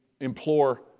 implore